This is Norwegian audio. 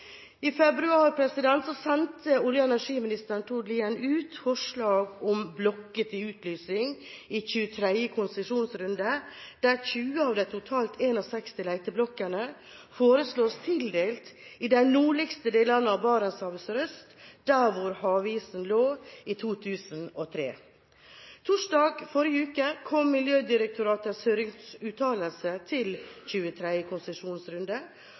I februar sendte olje- og energiminister Tord Lien ut forslag om blokker til utlysing i 23. konsesjonsrunde, der 20 av de totalt 61 leteblokkene foreslås tildelt i de nordligste delene av Barentshavet sørøst, der hvor havisen lå i 2003. Torsdag i forrige uke kom Miljødirektoratets høringsuttalelse til 23. konsesjonsrunde,